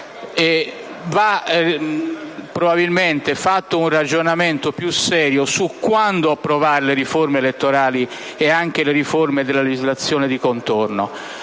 Va probabilmente fatto un ragionamento più serio su quando approvare le riforme elettorali e anche le riforme della legislazione di contorno.